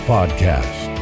Podcast